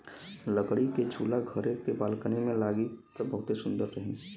लकड़ी के झूला घरे के बालकनी में लागी त बहुते सुंदर रही